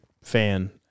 fan